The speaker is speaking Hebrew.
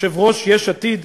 יושב-ראש יש עתיד,